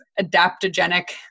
adaptogenic